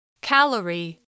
Calorie